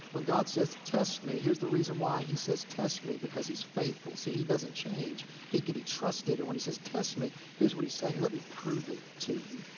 when god says, test me. here's the reason why he says, test me. because he's faithful. see, he doesn't change. he can be trusted. and when he says, test me. here's what he's saying, let me prove it to you.